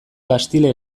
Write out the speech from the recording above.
castile